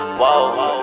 whoa